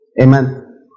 Amen